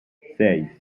seis